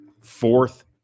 fourth